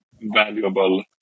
valuable